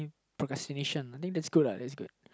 procrastination I think that's good lah that's good